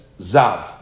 zav